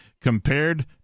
compared